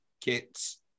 kits